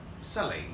selling